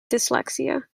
dyslexia